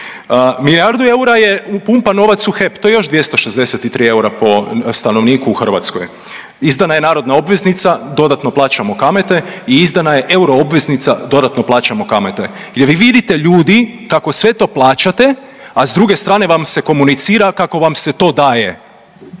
Milijardu eura je upumpan novac u HEP, to je još 263 eura po stanovniku u Hrvatskoj. Izdana je narodna obveznica, dodatno plaćamo kamate i izdana je euroobveznica, dodatno plaćamo kamate. Je li vidite, ljudi, kako sve to plaćate, a s druge strane vam se komunicira kako vam se to daje?